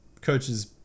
coaches